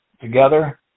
together